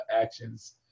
actions